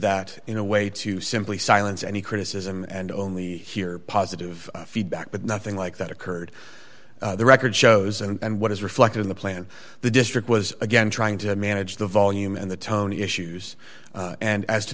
that in a way to simply silence any criticism and only hear positive feedback but nothing like that occurred the record shows and what is reflected in the plan the district was again trying to manage the volume and the tone issues and as to